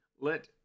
Let